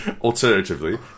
Alternatively